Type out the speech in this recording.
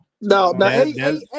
No